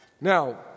Now